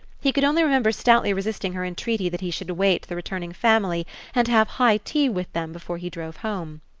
he could only remember stoutly resisting her entreaty that he should await the returning family and have high tea with them before he drove home.